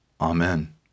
Amen